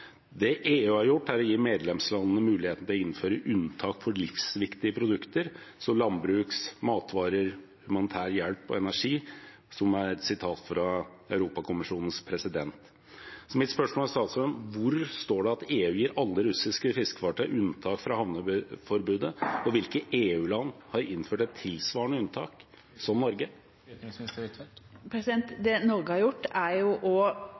Det EU har gjort, er å gi medlemslandene mulighet til å innføre unntak for livsviktige produkter som landbruksvarer, matvarer, humanitær hjelp og energi. Det er et utsagn fra Europakommisjonens president. Mitt spørsmål til utenriksministeren er: Hvor står det at EU gir alle russiske fiskefartøy unntak fra havneforbudet, og hvilke EU-land har innført et tilsvarende unntak som Norge? Det Norge har gjort, er